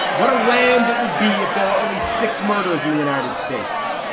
what a land it would be if there were only six murders in the united states.